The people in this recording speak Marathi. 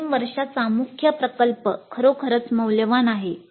अंतिम वर्षाचा मुख्य प्रकल्प खरोखरच मौल्यवान आहे